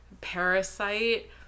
Parasite